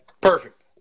Perfect